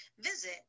Visit